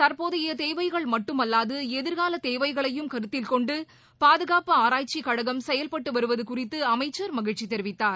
தற்போதைய தேவைகள் மட்டுமல்லாது எதிர்கால தேவைகளையும் கருத்தில்கொண்டு பாதுகாப்பு ஆராய்ச்சிக்கழகம் செயல்பட்டு வருவது குறித்து அமைச்சர் மகிழ்ச்சி தெரிவித்தார்